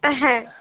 হ্যাঁ